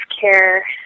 care